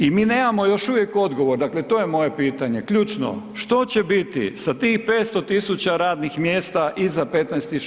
I mi nemamo još uvijek odgovor, dakle to je moje pitanje ključno, što će biti sa tih 500 radnih mjesta iza 15. 6.